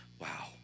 Wow